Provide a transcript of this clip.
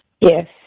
Yes